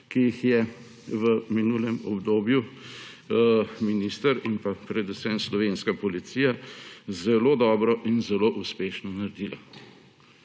ki jih je v minulem obdobju minister in predvsem slovenska policija zelo dobro in zelo uspešno naredila,